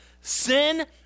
Sin